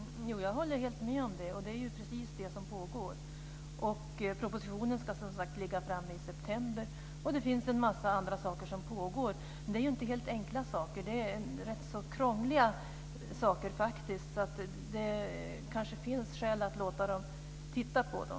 Herr talman! Jag håller helt med om det. Det är precis det som pågår. Propositionen ska som sagt läggas fram i september. Det finns andra saker som pågår. Det är inte helt enkla saker, det är rätt så krångliga saker. Det kanske finns skäl att låta dem titta på dem.